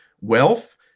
wealth